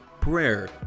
prayer